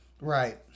Right